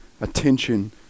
attention